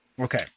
Okay